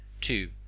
two